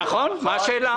נכון, מה השאלה.